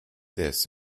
this